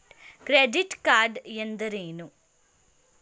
Credit card ಎಂದರೇನು?